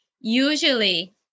Usually